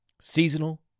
seasonal